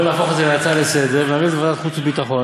בואו נהפוך את זה להצעה לסדר-היום ונעביר לוועדת חוץ וביטחון.